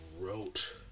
wrote